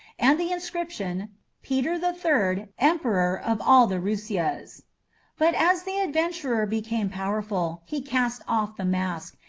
and the inscription peter the third, emperor of all the russias. but as the adventurer became powerful, he cast off the mask,